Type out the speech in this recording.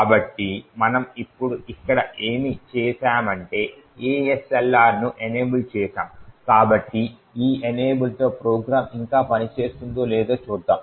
కాబట్టి మనము ఇప్పుడు ఇక్కడ ఏమి చేసామంటే ASLR ను ఎనేబుల్ చేసాము కాబట్టి ఈ ఎనేబుల్తో ప్రోగ్రామ్ ఇంకా పనిచేస్తుందో లేదో చూద్దాం